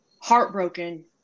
Heartbroken